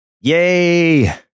Yay